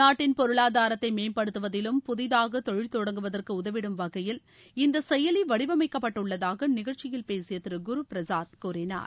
நாட்டின் பொருளாதாரத்தை மேம்படுத்துவதிலும் புதிதாக தொழில் தொடங்குவதற்கு உதவிடும் வகையில் இந்த செயலி வடிவமைக்கப்பட்டுள்ளதாக நிகழ்ச்சியில் பேசிய திரு குருபிரசாத் கூறினார்